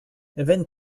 vingt